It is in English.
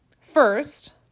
First